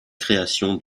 création